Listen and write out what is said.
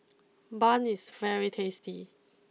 Bun is very tasty